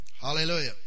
Hallelujah